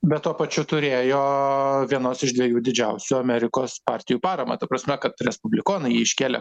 bet tuo pačiu turėjo vienos iš dviejų didžiausių amerikos partijų paramą ta prasme kad respublikonai jį iškėlė